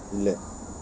இல்ல:illa